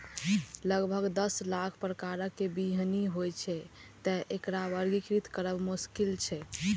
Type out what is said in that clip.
लगभग दस लाख प्रकारक बीहनि होइ छै, तें एकरा वर्गीकृत करब मोश्किल छै